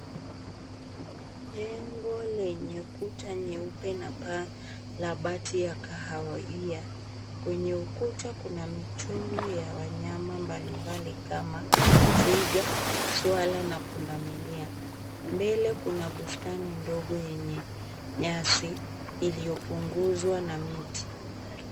Jengo lenye kuta nyeupe na paa la bati ya kahawia. Kwenye ukuta kuna michoro ya wanyama mbali mbali kama twiga, swara na punda milia. Mbele kuna bustani ndogo yenye nyasi iliyopunguzwa na miti.